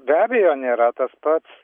be abejo nėra tas pats